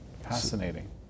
Fascinating